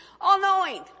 All-knowing